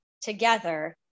together